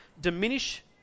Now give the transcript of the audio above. diminish